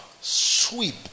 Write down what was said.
sweep